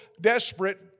desperate